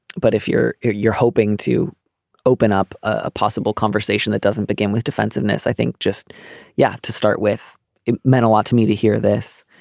but if you're you're you're hoping to open up a possible conversation that doesn't begin with defensiveness i think just yeah to start with it meant a lot to me to hear this.